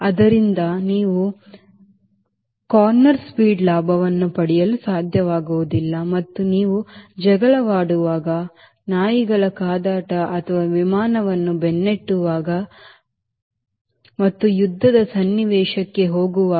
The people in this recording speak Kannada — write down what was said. ಆದ್ದರಿಂದ ನೀವು ಮೂಲೆಯ ವೇಗದ ಲಾಭವನ್ನು ಪಡೆಯಲು ಸಾಧ್ಯವಾಗುವುದಿಲ್ಲ ಮತ್ತು ನೀವು ಜಗಳವಾಡುವಾಗ ನಾಯಿಗಳ ಕಾದಾಟ ಅಥವಾ ವಿಮಾನವನ್ನು ಬೆನ್ನಟ್ಟುವಾಗ ಮತ್ತು ಯುದ್ಧದ ಸನ್ನಿವೇಶಕ್ಕೆ ಹೋಗುವಾಗ